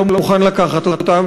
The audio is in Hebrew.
שלא מוכן לקחת אותן,